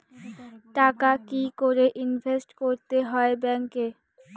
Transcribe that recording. টাকা কি করে ইনভেস্ট করতে হয় ব্যাংক এ?